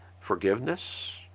forgiveness